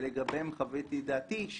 שלגביהם חוויתי את דעתי,